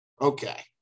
Okay